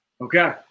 Okay